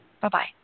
Bye-bye